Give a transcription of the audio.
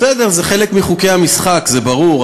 בסדר, זה חלק מחוקי המשחק, זה ברור.